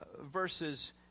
verses